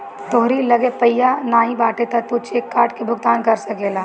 तोहरी लगे पइया नाइ बाटे तअ तू चेक काट के भुगतान कर सकेला